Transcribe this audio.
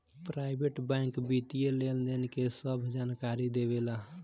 private bank वित्तीय लेनदेन के सभ जानकारी देवे ला